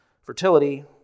fertility